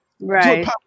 Right